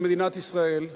של מדינת ישראל,